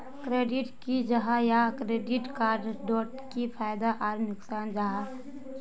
Credit की जाहा या क्रेडिट कार्ड डोट की फायदा आर नुकसान जाहा?